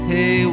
Hey